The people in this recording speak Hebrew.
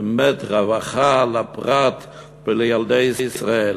באמת רווחה לפרט ולילדי ישראל.